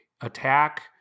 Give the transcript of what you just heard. attack